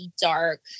dark